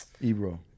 Ebro